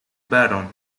baron